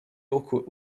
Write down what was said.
awkward